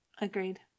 Agreed